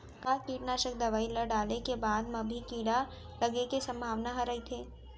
का कीटनाशक दवई ल डाले के बाद म भी कीड़ा लगे के संभावना ह रइथे?